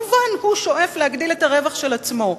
הוא שואף כמובן להגדיל את הרווח של עצמו.